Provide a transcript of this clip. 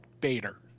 Bader